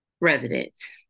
residents